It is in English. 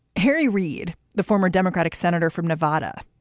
harry reid, the former democratic senator from nevada.